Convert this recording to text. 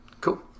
Cool